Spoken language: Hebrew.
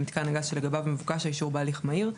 למיתקן הגז שלגביו מבוקש האישור בהליך מהיר,